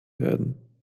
werden